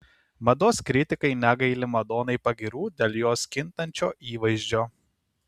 mados kritikai negaili madonai pagyrų dėl jos kintančio įvaizdžio